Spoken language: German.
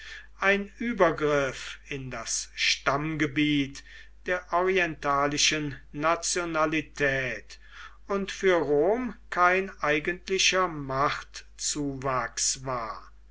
ein übergriff in das stammgebiet der orientalischen nationalität und für rom kein eigentlicher machtzuwachs war